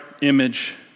image